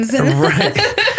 Right